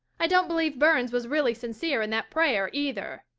i don't believe burns was really sincere in that prayer, either.